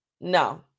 No